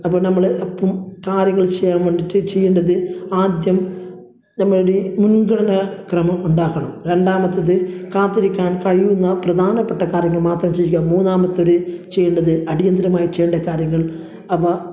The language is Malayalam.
അപ്പോൾ നമ്മൾ എപ്പം കാര്യങ്ങൾ ചെയ്യാൻ വേണ്ടീട്ട് ചെയ്യേണ്ടത് ആദ്യം നമ്മുടെ മുൻഗണന ക്രമം ഉണ്ടാക്കണം രണ്ടാമത്തത് കാത്തിരിക്കാൻ കഴിയുന്ന പ്രധാനപ്പെട്ട കാര്യങ്ങൾ മാത്രം ചെയ്യുക മൂന്നാമത്തൊരു ചെയ്യേണ്ടത് അടിയന്തരമായി ചെയ്യേണ്ട കാര്യങ്ങൾ അവ